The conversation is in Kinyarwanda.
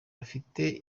bafite